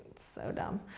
so dumb.